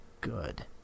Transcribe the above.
good